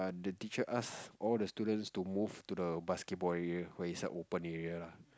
the teacher ask all the students to move to the basketball area but it's a open area lah